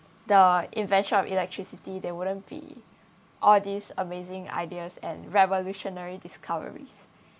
the invention of electricity they wouldn't be all these amazing ideas and revolutionary discoveries